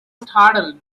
startled